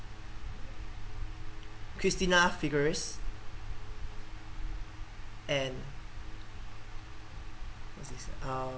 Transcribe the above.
christina figueres and um